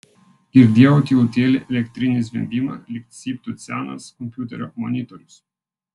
girdėjau tylutėlį elektrinį zvimbimą lyg cyptų senas kompiuterio monitorius